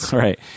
Right